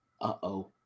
uh-oh